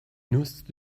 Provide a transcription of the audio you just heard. nutzt